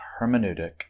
hermeneutic